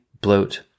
bloat